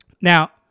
now